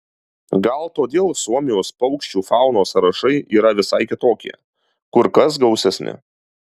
gal todėl suomijos paukščių faunos sąrašai yra visai kitokie kur kas gausesni